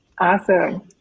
Awesome